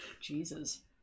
Jesus